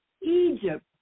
Egypt